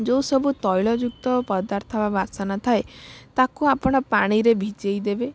ଯେଉଁ ସବୁ ତୈଳ ଯୁକ୍ତ ପଦାର୍ଥ ବାସନ ଥାଏ ତାକୁ ଆପଣ ପାଣିରେ ଭିଜେଇ ଦେବେ